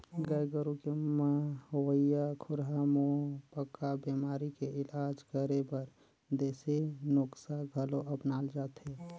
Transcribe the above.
गाय गोरु के म होवइया खुरहा मुहंपका बेमारी के इलाज करे बर देसी नुक्सा घलो अपनाल जाथे